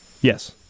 Yes